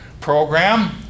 program